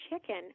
chicken